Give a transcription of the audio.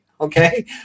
okay